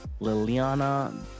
liliana